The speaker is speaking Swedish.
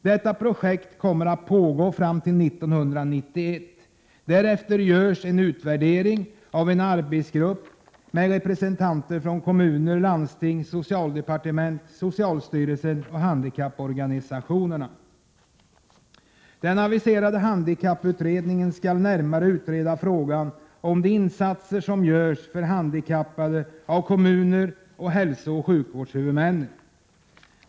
Detta projekt kommer att pågå fram till 1991. Därefter görs en utvärdering av en arbetsgrupp med representanter för kommuner och landsting, socialdepartementet, socialstyrelsen och handikapporganisationerna. Den aviserade handikapputredningen skall närmare utreda vilka insatser som görs för handikappade av kommuner och hälsooch sjukvårdshuvudmännen.